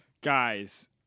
Guys